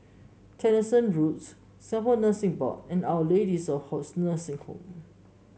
Tessensohn Road Singapore Nursing Board and Our Lady of Lourdes Nursing Home